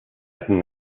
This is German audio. hatten